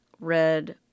red